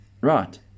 Right